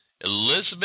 Elizabeth